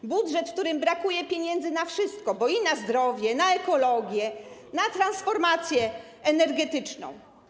To budżet, w którym brakuje pieniędzy na wszystko: na zdrowie, na ekologię, na transformację energetyczną.